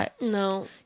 No